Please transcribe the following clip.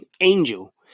angel